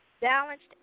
balanced